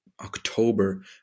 October